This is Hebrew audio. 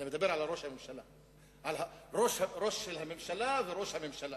על הראש של הממשלה וראש הממשלה,